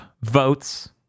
votes